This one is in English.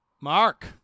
Mark